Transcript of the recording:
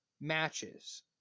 matches